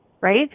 right